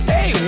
Hey